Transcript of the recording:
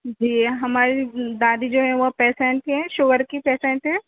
جی ہماری دادی جو ہیں وہ پیسنٹ ہیں شوگر کی پیسنٹ ہیں